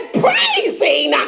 praising